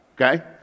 Okay